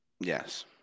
yes